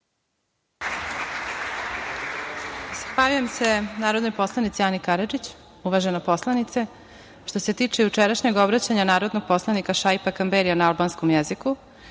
Zahvaljujem se narodnoj poslanici Ani Karadžić. Uvažena poslanice, što se tiče jučerašnjeg obraćanja narodnog poslanika Šaipa Kamberija na albanskom jeziku,